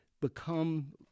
become